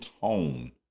tone